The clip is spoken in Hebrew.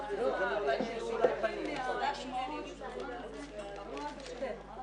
הישיבה ננעלה בשעה 12:20.